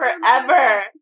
forever